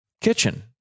kitchen